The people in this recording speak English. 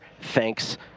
thanks